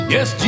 Yes